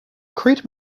crate